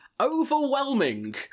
overwhelming